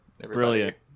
Brilliant